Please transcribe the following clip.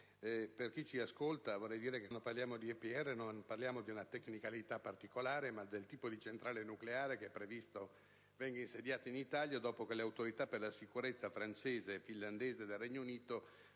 Per chi ci ascolta vorrei precisare che, quando parliamo di EPR, non facciamo riferimento ad una tecnicalità particolare, ma al tipo di centrale nucleare che è previsto venga insediata in Italia, dopo che le Autorità per la sicurezza francese, finlandese e del Regno Unito